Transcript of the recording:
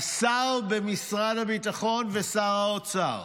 השר במשרד הביטחון ושר האוצר,